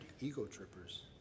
ego-trippers